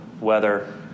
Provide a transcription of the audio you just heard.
weather